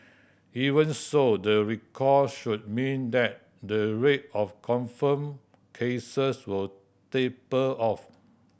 even so the recall should mean that the rate of confirmed cases will taper off